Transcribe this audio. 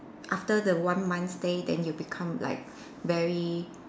after the one month stay then you become like very